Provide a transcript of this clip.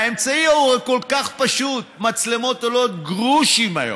והאמצעי כל כך פשוט מצלמות עולות גרושים היום.